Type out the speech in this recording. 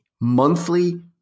monthly